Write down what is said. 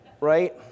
right